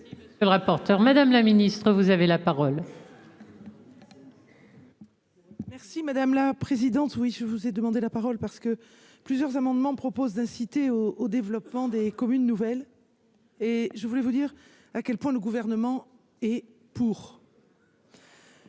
aujourd'hui. Le rapporteur, madame la ministre, vous avez la parole. Merci madame la présidente, oui, je vous ai demandé la parole parce que plusieurs amendements proposent d'inciter au au développement des communes nouvelles et je voulais vous dire à quel point le gouvernement et pour.